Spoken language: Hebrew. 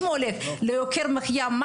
אם יוקר המחיה עולה,